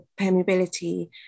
permeability